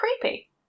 creepy